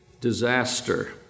disaster